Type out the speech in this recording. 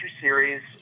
series